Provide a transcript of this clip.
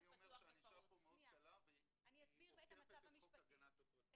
אני אומר שהענישה היא מאוד קלה פה והיא עוקפת את חוק הגנת הפרטיות.